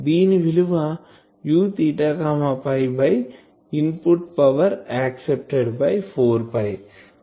దీని విలువ U by input power accepted by 4